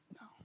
No